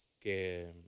que